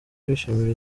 kwishimira